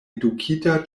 edukita